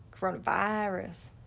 Coronavirus